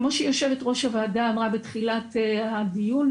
כמו שיושבת ראש הוועדה אמרה בתחילת הדיון,